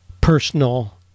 personal